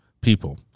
people